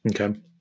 Okay